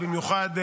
במיוחד,